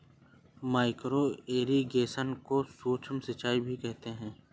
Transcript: micro irrigation को सूक्ष्म सिंचाई भी कहते हैं